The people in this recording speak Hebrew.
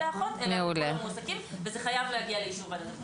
לאחות אלא ל- - -מועסקים וזה חייב להגיע לאישור ועדת הבריאות.